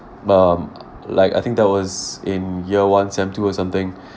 um like I think that was in year one semester two or something